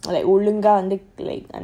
ஒழுங்காவந்து:olunga vandhu